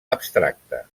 abstracta